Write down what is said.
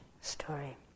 story